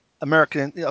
American